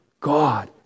God